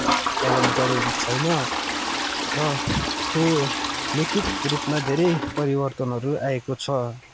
कलम जरुरी छैन र खो लिखित रूपमा धेरै परिवर्तनहरू आएको छ